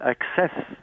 access